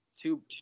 two